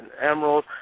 Emerald